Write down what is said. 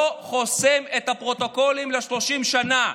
לא חוסם את הפרוטוקולים ל-30 שנה.